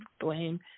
blame